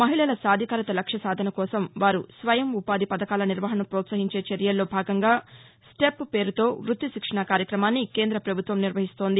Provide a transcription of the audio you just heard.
మహిళల సాధికారిత లక్ష్య సాధన కోసం వారు స్వయం ఉపాధి పథకాల నిర్వహణను ప్రోత్పహించే చర్యల్లో భాగంగా స్టెప్ పేరుతో వృత్తి శిక్షణ కార్యక్రమాన్ని కేంద్ర ప్రభుత్వం నిర్వహిస్తోంది